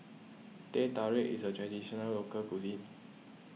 Teh Tarik is a Traditional Local Cuisine